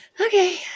Okay